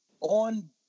on